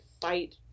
fight